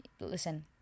listen